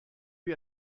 lui